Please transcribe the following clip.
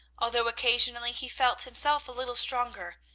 although occasionally he felt himself a little stronger,